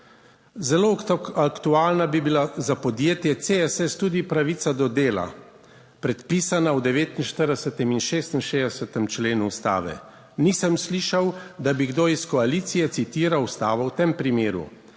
Zelo aktualna bi bila za podjetje CSS tudi pravica do dela, predpisana v 49. in 66. členu Ustave. Nisem slišal, da bi kdo iz koalicije citiral Ustavo v tem primeru.